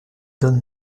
don